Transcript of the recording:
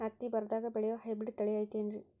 ಹತ್ತಿ ಬರದಾಗ ಬೆಳೆಯೋ ಹೈಬ್ರಿಡ್ ತಳಿ ಐತಿ ಏನ್ರಿ?